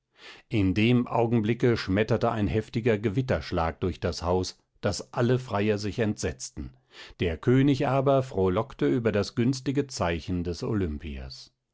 in dem augenblicke schmetterte ein heftiger gewitterschlag durch das haus daß alle freier sich entsetzten der könig aber frohlockte über das günstige zeichen des